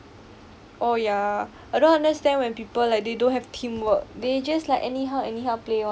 oh ya I don't understand when people like they don't have teamwork they just like anyhow anyhow play [one]